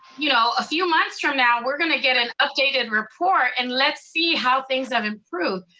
you know a few months from now, we're gonna get an updated report, and let's see how things have improved.